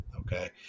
okay